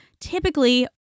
Typically